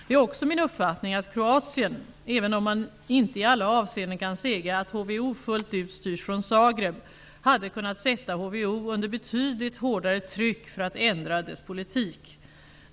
Det är också min uppfattning att Kroatien -- även om man inte i alla avseenden kan säga att HVO fullt ut styrs från Zagreb -- hade kunnat sätta HVO under betydligt hårdare tryck för att ändra dess politik.